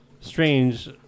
strange